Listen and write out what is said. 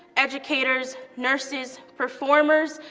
educators, nurses, performers,